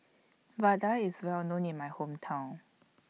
Vadai IS Well known in My Hometown